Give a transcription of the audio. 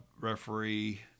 referee